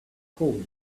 code